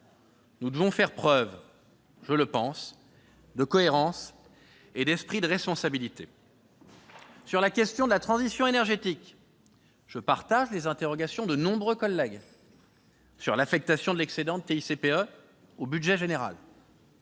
Nous devons faire preuve de cohérence et d'esprit de responsabilité. Sur la question de la transition énergétique, je partage les interrogations de nombreux collègues sur l'affectation de l'excédent de TICPE au budget général.